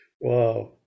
Wow